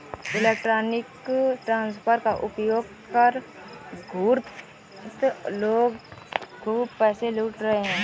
electronic transfer का उपयोग कर धूर्त लोग खूब पैसे लूट रहे हैं